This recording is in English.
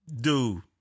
Dude